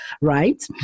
right